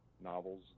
novels